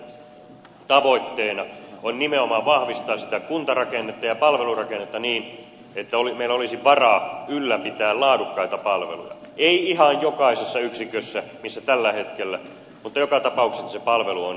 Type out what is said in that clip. ja tämän hallituksen tavoitteena on nimenomaan vahvistaa sitä kuntarakennetta ja palvelurakennetta niin että meillä olisi varaa ylläpitää laadukkaita palveluja ei ihan jokaisessa yksikössä missä tällä hetkellä mutta joka tapauksessa niin että se palvelu on saatavilla